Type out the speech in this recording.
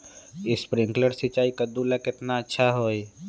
Sprinkler सिंचाई कददु ला केतना अच्छा होई?